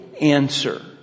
answer